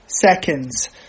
seconds